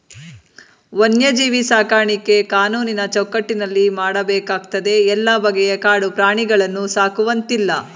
ವನ್ಯಜೀವಿ ಸಾಕಾಣಿಕೆ ಕಾನೂನಿನ ಚೌಕಟ್ಟಿನಲ್ಲಿ ಮಾಡಬೇಕಾಗ್ತದೆ ಎಲ್ಲ ಬಗೆಯ ಕಾಡು ಪ್ರಾಣಿಗಳನ್ನು ಸಾಕುವಂತಿಲ್ಲ